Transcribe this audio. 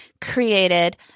created